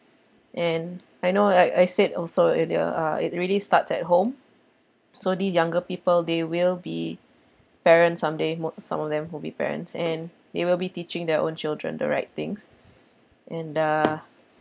and I know like I said also earlier ah it really starts at home so the younger people they will be parents someday mo~ some of them will be parents and they will be teaching their own children the right things and uh